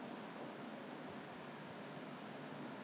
ah 比比比 ang moh 的比较便宜啦对不对